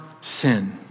sin